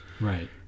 Right